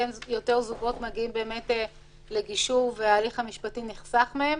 כי יותר זוגות מגיעים לגישור וההליך המשפטי נחסך מהם,